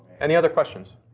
any other questions?